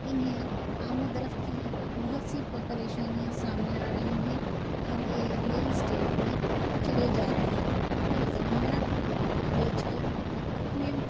انہیں آمد و رفت کی بہت سی پریشانیاں سامنے آ رہی ہیں اور یہ ریئل اسٹیٹ میں چلے جا رہے ہیں اور یہ زمینات بیچ کر اپنے